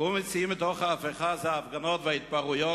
"קומי צאי מתוך ההפכה" זה ההפגנות וההתפרעויות